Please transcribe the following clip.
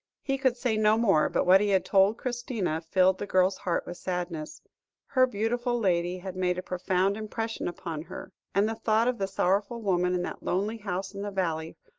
he could say no more, but what he had told christina, filled the girl's heart with sadness her beautiful lady had made a profound impression upon her, and the thought of the sorrowful woman in that lonely house in the valley,